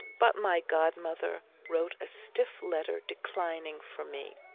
but my godmother wrote a stiff letter declining for me,